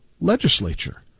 legislature